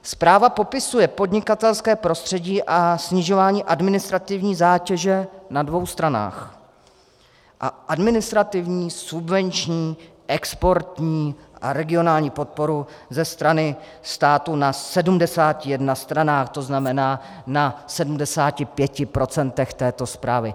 Zpráva popisuje podnikatelské prostředí a snižování administrativní zátěže na dvou stranách a administrativní, subvenční, exportní a regionální podporu ze strany státu na 71 stranách, tzn. na 75 % této zprávy.